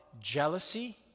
jealousy